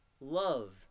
love